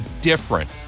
different